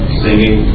singing